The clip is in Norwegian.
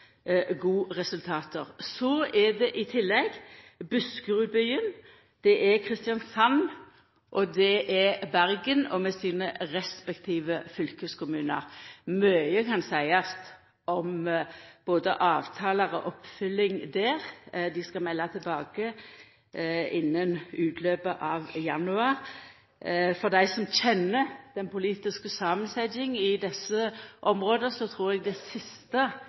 Så er det i tillegg Buskerudbyen, det er Kristiansand, og det er Bergen med sine respektive fylkeskommunar. Mykje kan seiast om både avtalar og oppfølging der. Dei skal melda tilbake innan utløpet av januar. For dei som kjenner den politiske samansetjinga i desse områda, trur eg det siste